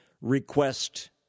request